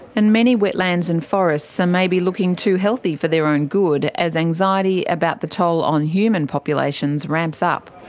and many wetlands and forests are um maybe looking too healthy for their own good as anxiety about the toll on human populations ramps up.